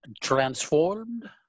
transformed